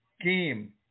game